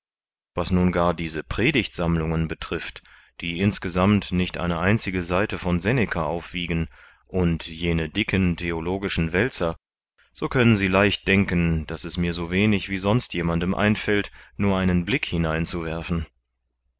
was nun gar diese predigtsammlungen betrifft die insgesamt nicht eine einzige seite von seneca aufwiegen und jene dicken theologischen wälzer so können sie leicht denken daß es mir so wenig wie sonst jemandem einfällt nur einen blick hineinzuwerfen